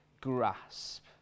grasp